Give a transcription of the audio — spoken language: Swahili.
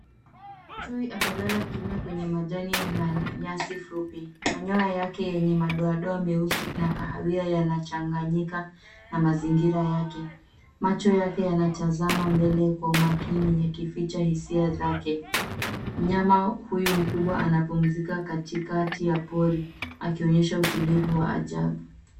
Chui amelala kimya kwenye majani na nyasi fupi. Manyoya yake nyenye madoa doa meusi na kahawia yanachanganyika na mazingira yake. Macho yake yanatazama mbele kwa umakini yakificha hisia zake. Mnyama huyu mkubwa anapumzika katikati ya pori akionyesha utulivu wa ajabu.